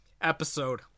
episode